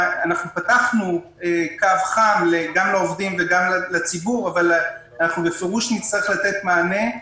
פתחנו קו חם גם לעובדים וגם לציבור אבל בפירוש נצטרך לתת מענה.